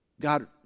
God